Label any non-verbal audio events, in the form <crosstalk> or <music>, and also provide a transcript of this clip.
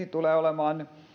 <unintelligible> tulee olemaan